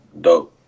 dope